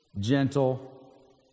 gentle